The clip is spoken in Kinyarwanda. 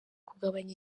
kugabanya